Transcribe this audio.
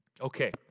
Okay